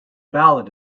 ballad